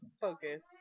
Focus